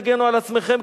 תגנו על עצמכם,